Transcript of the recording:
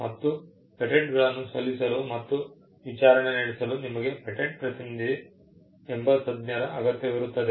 ಮತ್ತು ಪೇಟೆಂಟ್ಗಳನ್ನು ಸಲ್ಲಿಸಲು ಮತ್ತು ವಿಚಾರಣೆ ನಡೆಸಲು ನಿಮಗೆ ಪೇಟೆಂಟ್ ಪ್ರತಿನಿಧಿ ಎಂಬ ತಜ್ಞರ ಅಗತ್ಯವಿರುತ್ತದೆ